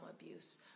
abuse